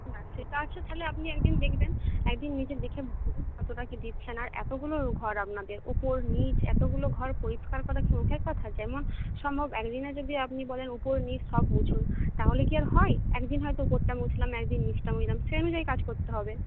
না সেটা আচ্ছা তাহলে আপনি এক দিন দেখবেন এক দিন নিজে দেখে বলুন কতোটা কি দিচ্ছেন আর এতোগুলো ঘর আপনাদের উপর নিচ এতোগুলো ঘর পরিষ্কার করা কি মুখের কথা যেমন সম্ভব এক দিনে যদি আপনি বলেন উপর নিচ সব মুছুন তাহলে কি আর হয় এক দিন হয়তো উপরটা মুছলাম এক দিন নিচটা মুছলাম সেই অনুযায়ী কাজ করতে হবে